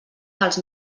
dels